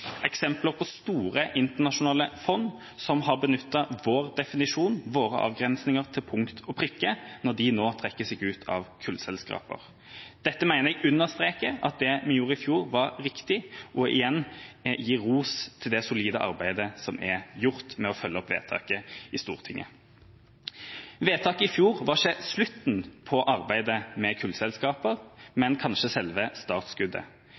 eksempler på store internasjonale fond som har benyttet vår definisjon, våre avgrensinger, til punkt og prikke når de nå trekker seg ut av kullselskaper. Dette mener jeg understreker at det vi gjorde i fjor, var riktig, og igjen vil jeg gi ros til det solide arbeidet som er gjort med å følge opp vedtaket i Stortinget. Vedtaket i fjor var ikke slutten på arbeidet med kullselskaper, men kanskje selve